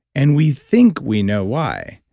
and we think we know why.